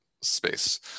space